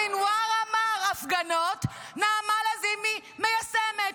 סנוואר אמר הפגנות, נעמה לזימי מיישמת.